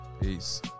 Peace